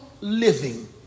living